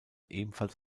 ebenfalls